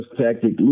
tactic